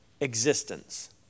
existence